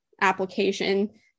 application